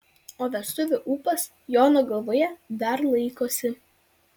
o vestuvių ūpas jono galvoje dar laikosi